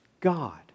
God